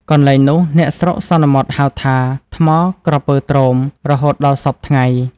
កន្លែងនោះ អ្នកស្រុកសន្មតហៅថា ថ្មក្រពើទ្រោម រហូតដល់សព្វថ្ងៃ ។